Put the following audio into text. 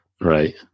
right